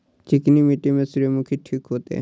चिकनी मिट्टी में सूर्यमुखी ठीक होते?